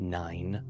nine